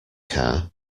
car